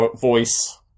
voice